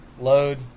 load